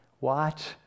Watch